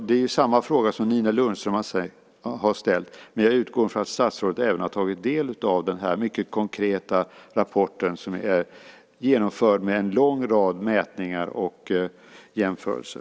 Det är samma fråga som Nina Lundström har ställt. Jag utgår från att statsrådet också har tagit del av denna mycket konkreta rapport som har tillkommit genom en lång rad mätningar och jämförelser.